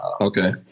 okay